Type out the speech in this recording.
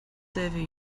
tevi